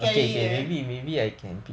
carry err